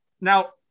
Now